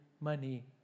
money